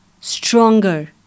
stronger